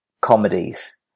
comedies